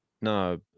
no